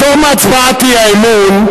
בתום הצבעת האי-אמון,